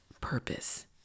purpose